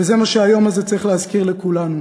וזה מה שהיום הזה צריך להזכיר לכולנו,